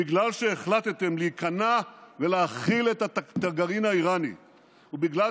בגלל שהחלטתם להיכנע ולהכיל את הגרעין האיראני ובגלל